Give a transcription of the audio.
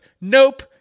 nope